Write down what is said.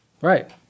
Right